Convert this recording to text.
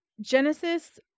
Genesis